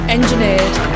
Engineered